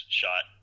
shot